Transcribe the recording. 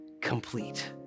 complete